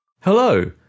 Hello